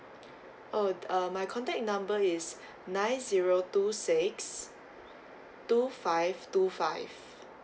oh uh my contact number is nice zero two six two five two five